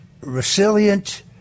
resilient